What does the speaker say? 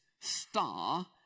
star